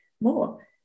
more